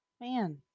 Man